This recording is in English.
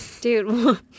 Dude